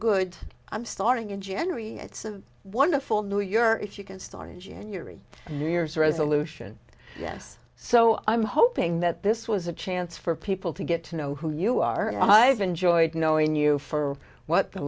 good i'm starting in january it's a wonderful new your if you can start in january new year's resolution yes so i'm hoping that this was a chance for people to get to know who you are i've enjoyed knowing you for what the